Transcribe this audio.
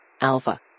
Alpha